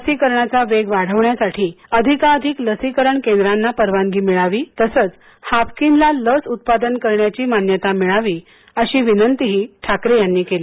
लसीकरणाचा वेग वाढवण्यासाठी अधिकाधिक लसीकरण केंद्रांना परवानगी मिळावी तसेच हाफकिनला लस उत्पादन करण्याची मान्यता मिळावी अशी विनंतीही ठाकरे यांनी केली